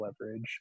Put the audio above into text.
leverage